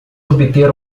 obter